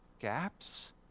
gaps